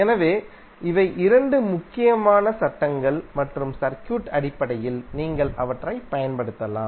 எனவே இவை 2 முக்கியமான சட்டங்கள் மற்றும் சர்க்யூட் அடிப்படையில் நீங்கள் அவற்றைப் பயன்படுத்தலாம்